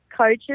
coaches